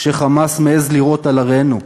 כש"חמאס" מעז לירות על ערינו,